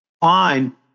Fine